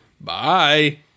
Bye